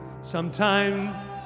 sometime